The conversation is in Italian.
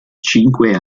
cinque